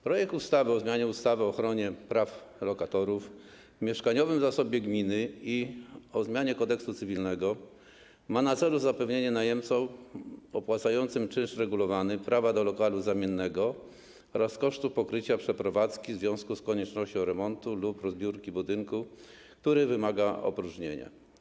Projekt ustawy o zmianie ustawy o ochronie praw lokatorów, mieszkaniowym zasobie gminy i o zmianie Kodeksu cywilnego ma na celu zapewnienie najemcom opłacającym czynsz regulowany prawa do lokalu zamiennego oraz kosztów pokrycia przeprowadzki w związku z koniecznością remontu lub rozbiórki budynku, który wymaga opróżnienia.